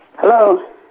Hello